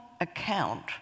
account